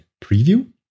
preview